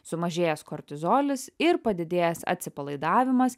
sumažėjęs kortizolis ir padidėjęs atsipalaidavimas